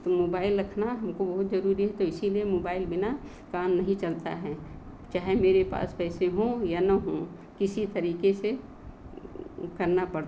तो मोबाइल रखना हमको बहुत ज़रूरी है तो इसीलिए मोबाइल बिना काम नहीं चलता है चाहे मेरे पास पैसे हो या ना हो किसी तरीके से करना पड़